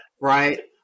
right